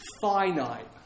finite